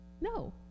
No